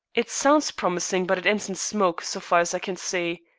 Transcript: it sounds promising, but it ends in smoke, so far as i can see.